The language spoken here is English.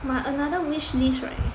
my another wish list right